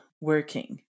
working